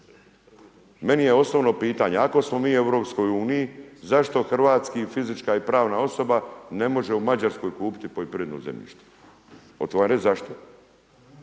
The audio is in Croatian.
Meni je osobno pitanje ako smo mi u EU zašto hrvatska fizička i pravna osoba ne može u Mađarskoj kupiti poljoprivredno zemljište. Oću vam reći zašto?